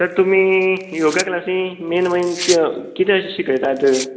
तर तुमी योगा क्लासी मेन म्हणजे कितें अशें शिकयतात